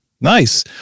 Nice